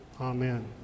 Amen